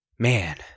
Man